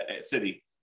city